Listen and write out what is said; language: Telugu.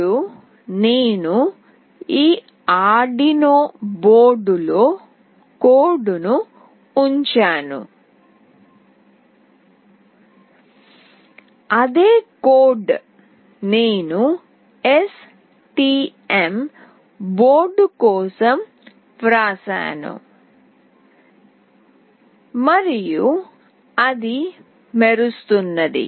ఇప్పుడు నేను ఈ ఆర్డునో బోర్డ్లో కోడ్ ను ఉంచాను అదే కోడ్ నేను STM బోర్డు కోసం వ్రాసాను మరియు అది మెరుస్తున్నది